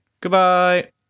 Goodbye